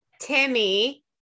Timmy